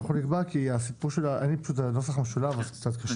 אין לי פשוט את הנוסח המשולב אז קצת קשה.